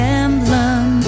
emblem